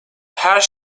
her